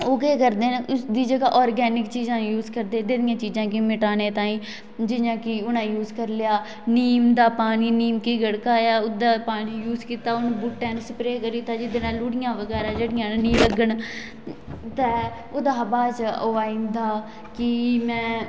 ओह् केह् करदे ना उसदी जगह आरॅगैनिक चीजां यूज करदे ना इद्धर दियां जियां मिटाने तांई जियां कि उनें यूज करी लेआ नीम दा पानी नीम गी गड़काया ओहदा पानी यूज कीता बूहटे उपर स्प्रै करी दितां जेहदे कन्ने लुड़िया बगैरा नेईं लग्गन ते ओहदे शा बाद ओह् आई जंदा कि में